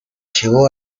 llegó